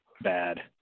bad